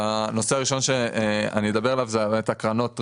הנושא הראשון שאני אדבר עליו הוא קרנות הריט.